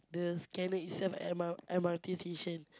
the scanner itself M_R M_R_T station